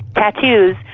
tattoos,